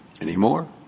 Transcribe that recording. anymore